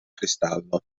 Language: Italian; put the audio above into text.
cristallo